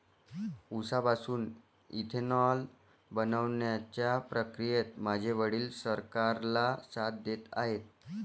उसापासून इथेनॉल बनवण्याच्या प्रक्रियेत माझे वडील सरकारला साथ देत आहेत